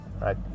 right